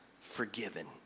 forgiven